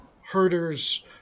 herders